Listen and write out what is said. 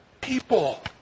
people